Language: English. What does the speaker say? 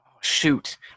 shoot